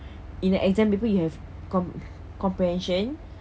in exam paper you have com~ comprehension